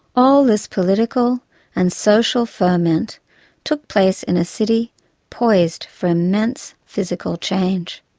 all this political and social ferment took place in a city poised for immense physical change.